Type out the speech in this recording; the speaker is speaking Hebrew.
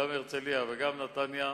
גם הרצלייה וגם נתניה,